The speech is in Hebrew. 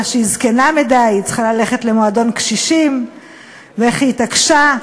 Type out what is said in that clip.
שהיא זקנה מדי ושהיא צריכה ללכת למועדון קשישים ואיך היא התעקשה.